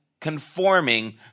conforming